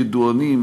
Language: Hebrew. ידוענים,